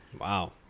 Wow